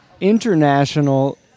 International